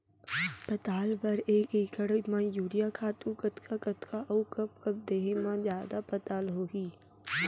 पताल बर एक एकड़ म यूरिया खातू कतका कतका अऊ कब कब देहे म जादा पताल होही?